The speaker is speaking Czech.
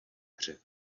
hře